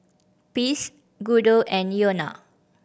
Ples Guido and Iona